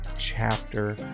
chapter